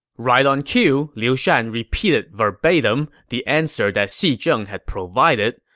right on cue, liu shan repeated verbatim the answer that xi zheng had provided,